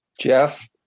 Jeff